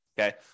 okay